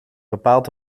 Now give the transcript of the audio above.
bepaalt